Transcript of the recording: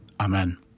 Amen